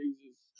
Jesus